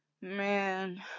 man